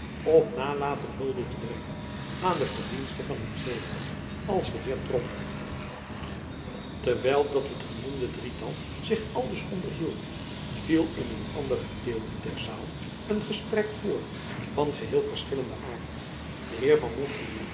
of nalaten hulde toe te brengen aan de verdienste van een zeeheld als den heer tromp terwijl dat het genoemde drietal zich aldus onderhield viel in een ander gedeelte der zaal een gesprek voor van geheel verschillenden aart de heer van